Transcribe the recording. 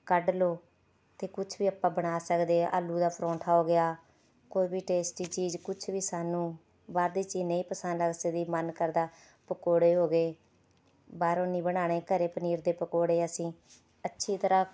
ਕੱਢ ਲਉ ਅਤੇ ਕੁਛ ਵੀ ਆਪਾਂ ਬਣਾ ਸਕਦੇ ਹਾਂ ਆਲੂ ਦਾ ਪਰੌਠਾ ਹੋ ਗਿਆ ਕੋਈ ਵੀ ਟੇਸਟੀ ਚੀਜ਼ ਕੁਛ ਵੀ ਸਾਨੂੰ ਬਾਹਰ ਦੀ ਚੀਜ਼ ਨਹੀਂ ਪਸੰਦ ਆ ਸਕਦੀ ਮਨ ਕਰਦਾ ਪਕੌੜੇ ਹੋ ਗਏ ਬਾਹਰੋਂ ਨਹੀਂ ਬਣਾਉਣੇ ਘਰ ਪਨੀਰ ਦੇ ਪਕੌੜੇ ਅਸੀਂ ਅੱਛੀ ਤਰ੍ਹਾਂ